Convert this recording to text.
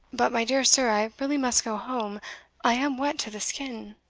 but, my dear sir, i really must go home i am wet to the skin.